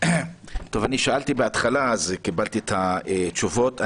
אני שאלתי בהתחלה וקיבלתי את התשובות.